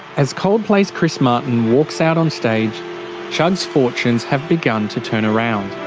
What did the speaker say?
as coldplay's chris martin walks out on stage chugg's fortunes have begun to turn around.